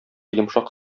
йомшак